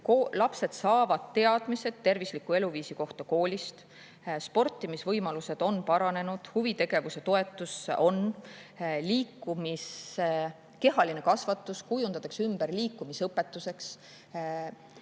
Lapsed saavad teadmised tervisliku eluviisi kohta koolist, sportimisvõimalused on paranenud, on huvitegevuse toetus, kehaline kasvatus kujundatakse ümber liikumisõpetuseks,